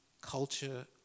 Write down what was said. culture